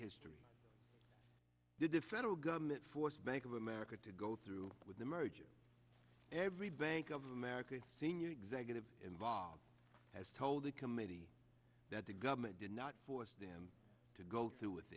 history did the federal government forced bank of america to go through with the merger every bank of america a senior executive involved has told the committee that the government did not force them to go through with